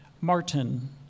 Martin